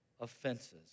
offenses